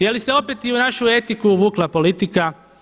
Je li se opet i u našu etiku uvukla politika?